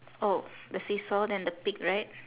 oh the seesaw then the pig right